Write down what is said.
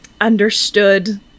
understood